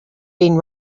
been